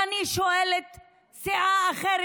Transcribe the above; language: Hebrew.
ואני שואלת סיעה אחרת,